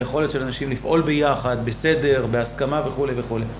יכולת של אנשים לפעול ביחד, בסדר, בהסכמה וכולי וכולי